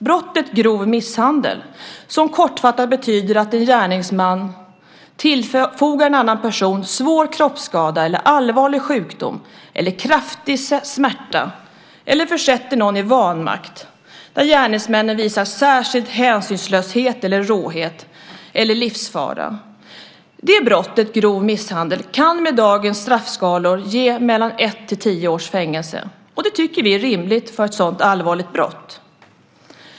Brottet grov misshandel innebär kortfattat att en gärningsman tillfogar en annan person svår kroppsskada, allvarlig sjukdom eller kraftig smärta eller försätter någon i vanmakt och där gärningsmannen visar särskild hänsynslöshet eller råhet eller om gärningen medför livsfara. Brottet grov misshandel kan med dagens straffskalor ge mellan ett till tio års fängelse. Det tycker vi är rimligt för ett sådant allvarligt brott.